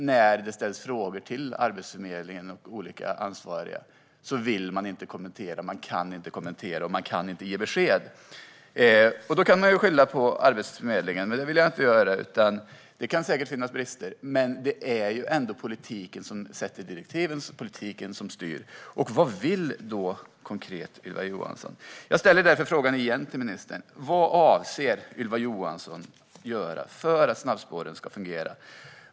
När frågor ställs till Arbetsförmedlingens olika ansvariga personer vill eller kan de inte kommentera detta eller ge besked. Man kan skylla på Arbetsförmedlingen, men det vill jag inte göra. Det kan säkert finnas brister där. Det är ändå politiken som ger direktiv och som styr. Vad vill då Ylva Johansson konkret? Jag ställer därför än en gång mina frågor: Vad avser Ylva Johansson att göra för att snabbspåren ska fungera?